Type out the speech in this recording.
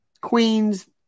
Queens